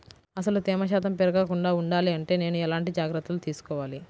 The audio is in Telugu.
అసలు తేమ శాతం పెరగకుండా వుండాలి అంటే నేను ఎలాంటి జాగ్రత్తలు తీసుకోవాలి?